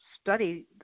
study